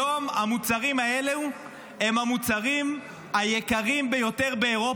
היום המוצרים האלו הם המוצרים היקרים ביותר באירופה.